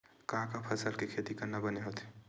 का का फसल के खेती करना बने होथे?